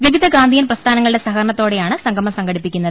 വിവിധ ഗാന്ധിയൻ പ്രസ്ഥാനങ്ങ ളുടെ സഹകരണത്തോടെയാണ് സംഗമം സംഘടിപ്പിക്കുന്നത്